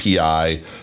API